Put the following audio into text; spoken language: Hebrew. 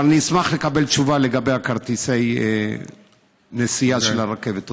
אבל אני אשמח לקבל תשובה לגבי כרטיסי הנסיעה של הרכבת.